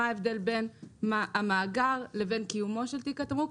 מה ההבדל בין המאגר לבין קיומו של תיק התמרוק.